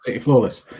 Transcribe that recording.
flawless